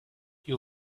you